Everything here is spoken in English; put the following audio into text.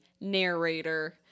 narrator